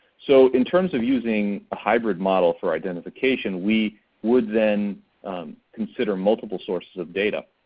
so in terms of using a hybrid model for identification, we would then consider multiple sources of data